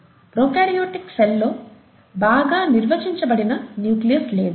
prokaryotic cell లో బాగా నిర్వచించబడిన న్యూక్లియస్ లేదు